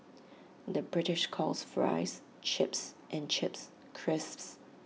the British calls Fries Chips and Chips Crisps